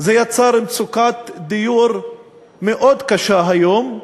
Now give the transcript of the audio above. וזה יצר מצוקת דיור מאוד קשה היום.